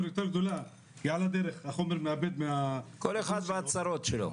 יותר גדולה כי על הדרך החומר מאבד מהאיכות שלו.